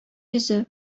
йөзе